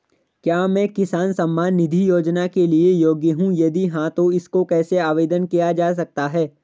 क्या मैं किसान सम्मान निधि योजना के लिए योग्य हूँ यदि हाँ तो इसको कैसे आवेदन किया जा सकता है?